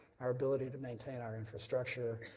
our ability to maintain our infrastructure,